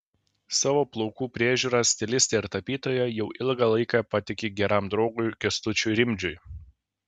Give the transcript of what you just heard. savo plaukų priežiūrą stilistė ir tapytoja jau ilgą laiką patiki geram draugui kęstučiui rimdžiui